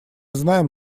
знаем